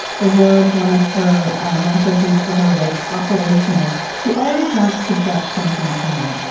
the word one of her mentors used for her was operational. she always wants to get something done.